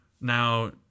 now